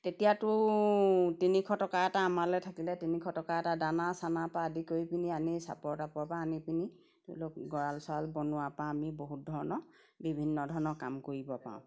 তেতিয়াতো তিনিশ টকা এটা আমালৈ থাকিলে তিনিশ টকা এটা দানা চানা পা আদি কৰি পিনি আনি চাপৰ টাপৰ পা আনি পিনি ধৰি লওক গঁৰাল চৰাল বনোৱাৰ পা আমি বহুত ধৰণৰ বিভিন্ন ধৰণৰ কাম কৰিব পাৰোঁ